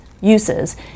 uses